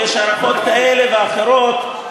ויש הערכות כאלה ואחרות,